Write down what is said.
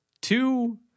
two